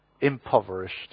impoverished